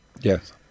Yes